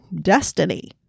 destiny